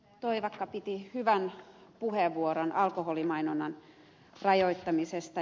toivakka piti hyvän puheenvuoron alkoholimainonnan rajoittamisesta